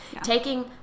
Taking